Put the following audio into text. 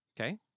Okay